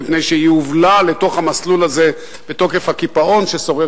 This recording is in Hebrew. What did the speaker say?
מפני שהיא הובלה לתוך המסלול בתוקף הקיפאון ששורר